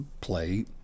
play